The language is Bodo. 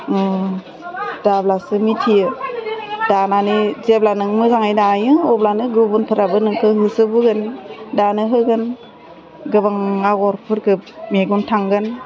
दाब्लासो मिथियो दानानै जेब्ला नों मोजाङै दायो अब्लानो गुबुनफ्राबो नोंखौ होसोबोगोन दानो होगोन गोबां आगरफोरखौ मेगन थांगोन